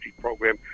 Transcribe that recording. program